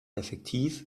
effektiv